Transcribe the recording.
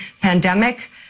pandemic